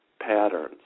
patterns